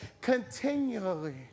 continually